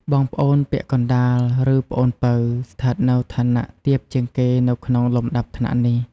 បងប្អូនពាក់កណ្ដាល ឬប្អូនពៅ ស្ថិតនៅឋានៈទាបជាងគេនៅក្នុងលំដាប់ថ្នាក់នេះ។